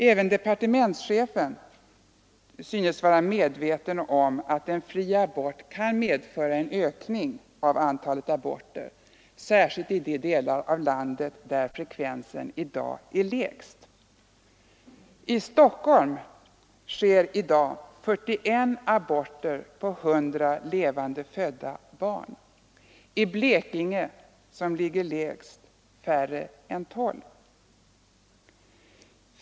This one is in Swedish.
Även departementschefen synes vara medveten om att en fri abort kan medföra en ökning av antalet aborter, särskilt i de delar av landet där frekvensen i dag är lägst. I Stockholm sker i dag 41 aborter på 100 levande födda barn, i Blekinge som ligger lägst färre än 12.